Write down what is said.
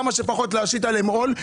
כמה שפחות להשית עליהם עול.